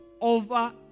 over